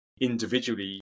individually